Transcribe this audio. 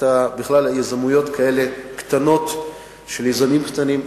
ובכלל יזמויות כאלה קטנות של יזמים קטנים,